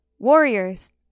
warriors